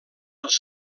els